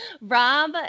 Rob